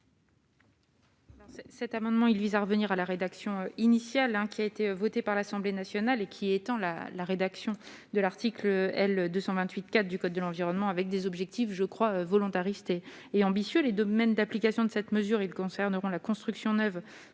Cet amendement, il vise à revenir à la rédaction initiale qui a été votée par l'Assemblée nationale et qui étend la la rédaction de l'article L 228 4 du code de l'environnement, avec des objectifs, je crois, volontariste et ambitieux, les domaines d'application de cette mesure, ils concerneront la construction neuve,